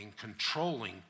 controlling